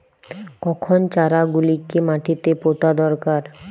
কখন চারা গুলিকে মাটিতে পোঁতা দরকার?